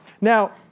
Now